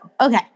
Okay